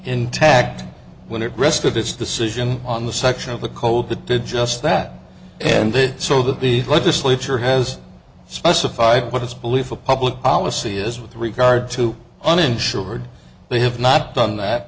intact when it rested its decision on the section of the code that did just that and it so that the legislature has specified what his belief a public policy is with regard to uninsured they have not done that